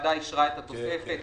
הוועדה אישרה את התוספת.